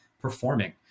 performing